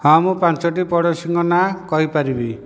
ହଁ ମୁଁ ପାଞ୍ଚୋଟି ପଡ଼ୋଶୀଙ୍କ ନାଁ କହିପାରିବି